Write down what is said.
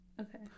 Okay